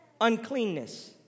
uncleanness